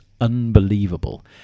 unbelievable